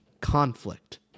conflict